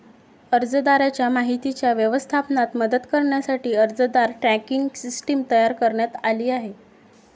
अर्जदाराच्या माहितीच्या व्यवस्थापनात मदत करण्यासाठी अर्जदार ट्रॅकिंग सिस्टीम तयार करण्यात आली आहे